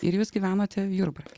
ir jūs gyvenote jurbarke